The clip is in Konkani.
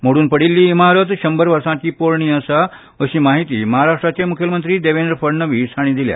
मोडून पडिल्ली इमारत शंबर वर्सांची पोरणी आसा अशी माहिती महाराष्ट्राचे मुखेलमत्री देवेंद्र फडणवीस हांणी दिली